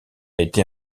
été